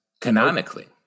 Canonically